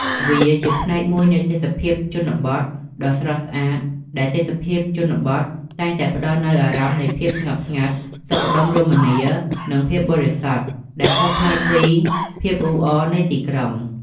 វាជាផ្នែកមួយនៃទេសភាពជនបទដ៏ស្រស់ស្អាតដែលទេសភាពជនបទតែងតែផ្តល់នូវអារម្មណ៍នៃភាពស្ងប់ស្ងាត់ សុខដុមរមនា និងភាពបរិសុទ្ធ ដែលខុសប្លែកពីភាពអ៊ូអរនៃទីក្រុង។